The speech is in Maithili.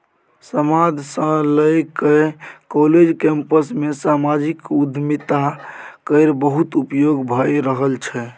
समाद सँ लए कए काँलेज कैंपस मे समाजिक उद्यमिता केर बहुत उपयोग भए रहल छै